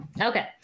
Okay